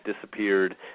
disappeared